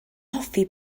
hoffi